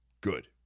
Good